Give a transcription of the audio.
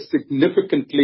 significantly